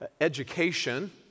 education